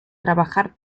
trabajar